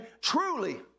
truly